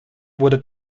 wurde